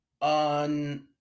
on